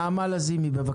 נעמה לזימי בבקשה.